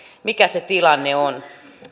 mikä se tilanne on